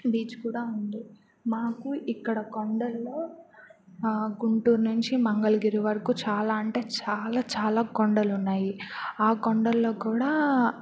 beach కూడా ఉంది మాకు ఇక్కడ కొండల్లో గుంటూరు నుంచి మంగళగిరి వరకు చాలా అంటే చాలా చాలా కొండలు ఉన్నాయి ఆ కొండల్లో కూడా